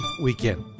Weekend